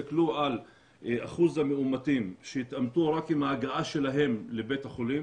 תסתכלו על אחוז המאומתים שהתאמתו רק עם ההגעה שלהם לבית החולים